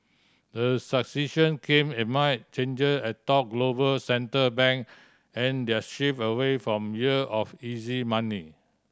the succession come amid changer atop global central bank and their shift away from year of easy money